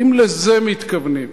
האם לזה הם מתכוונים?